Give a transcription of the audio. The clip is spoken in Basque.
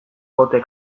kote